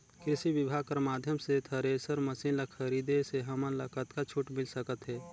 कृषि विभाग कर माध्यम से थरेसर मशीन ला खरीदे से हमन ला कतका छूट मिल सकत हे?